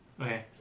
Okay